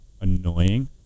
annoying